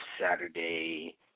Saturday